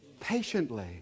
patiently